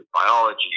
biology